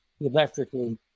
electrically